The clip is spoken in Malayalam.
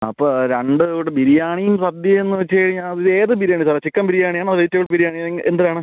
അപ്പോൾ രണ്ടും ഉണ്ട് ബിരിയാണിയും സദ്യയുമെന്ന് വച്ച് കഴിഞ്ഞാൽ ഏത് ബിരിയാണി സാറേ ചിക്കൻ ബിരിയാണി ആണോ വെജിറ്റബിൾ ബിരിയാണി എന്ത് വേണം